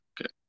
Okay